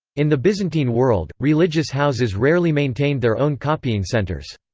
in the byzantine world, religious houses rarely maintained their own copying centres.